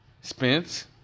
Spence